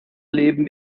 leben